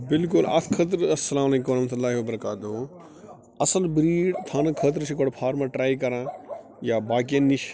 بِلکُل اَتھ خٲطرٕ اَسَلامُ علیکُم وَرحمتہ اللہِ وبرکا تُہ اَصٕل برٛیٖڈ تھاونہٕ خٲطر چھُ گۄڈٕ فارمر ٹرٛے کَران یا باقٕین نِش